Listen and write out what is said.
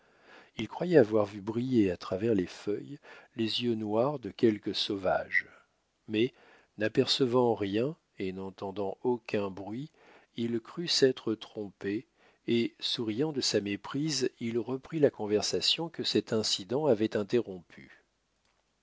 il croyait avoir vu briller à travers les feuilles les yeux noirs de quelque sauvage mais n'apercevant rien et n'entendant aucun bruit il crut s'être trompé et souriant de sa méprise il reprit la conversation que cet incident avait interrompue